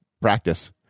practice